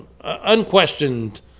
unquestioned